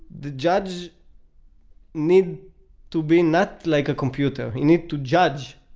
the judge need to be not like a computer. he need to judge.